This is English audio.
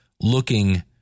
looking